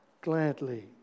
gladly